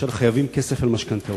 אשר חייבים כסף על משכנתאות?